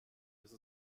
ist